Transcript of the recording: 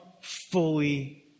fully